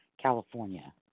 California